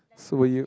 so you